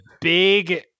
big